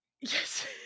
Yes